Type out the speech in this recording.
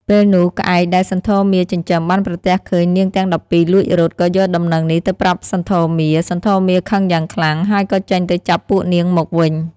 ពេលនោះក្អែកដែលសន្ធមារចិញ្ចឹមបានប្រទះឃើញនាងទាំង១២លួចរត់ ក៏យកដំណឹងនេះទៅប្រាប់សន្ធមារ សន្ធមារខឹងយ៉ាងខ្លាំង ហើយក៏ចេញទៅចាប់ពួកនាងមកវិញ។